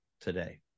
today